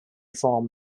form